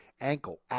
Ankle